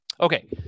Okay